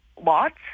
lots